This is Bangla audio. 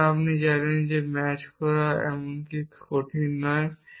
সুতরাং আপনি জানেন যে ম্যাচ করা এমনকি কঠিন নয়